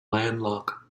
landmark